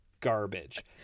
garbage